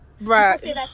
Right